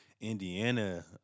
Indiana